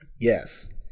Yes